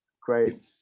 great